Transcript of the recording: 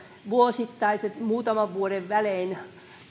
vuosittaiset muutaman vuoden välein